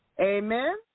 Amen